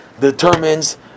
determines